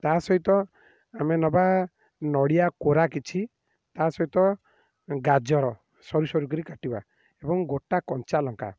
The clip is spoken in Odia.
ତା ସହିତ ଆମେ ନେବା ନଡ଼ିଆ କୋରା କିଛି ତା ସହିତ ଗାଜର ସରୁ ସରୁ କରି କାଟିବା ଏବଂ ଗୋଟା କଞ୍ଚା ଲଙ୍କା